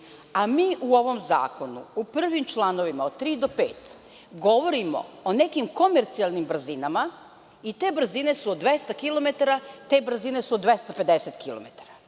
a mi u ovom zakonu u prvim članovima od 3. do 5. govorimo o nekim komercijalnim brzinama i te brzine su od 200 kilometara, te brzine su od 250